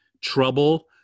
trouble